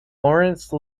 lawrence